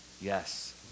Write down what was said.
Yes